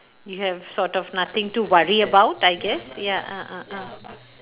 you have sort of nothing to worry about I guess ya ah ah ah